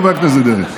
חבר הכנסת דרעי?